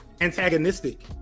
antagonistic